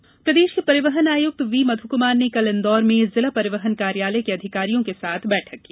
आयुक्त बैठक प्रदेश के परिवहन आयुक्त वी मध्य कुमार ने कल इंदौर में जिला परिवहन कार्यालय के अधिकारियों के साथ बैठक की